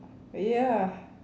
ya